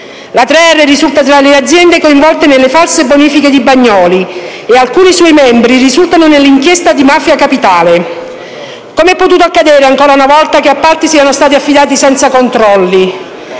risulta tra le aziende coinvolte nelle false bonifiche di Bagnoli e alcuni suoi membri risultano nell'inchiesta di mafia capitale. Come è potuto accadere ancora una volta che appalti siano stati affidati senza controlli?